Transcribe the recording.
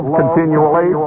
continually